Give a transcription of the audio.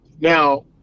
Now